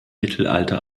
mittelalter